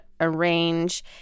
arrange